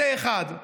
זה אחד.